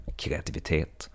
kreativitet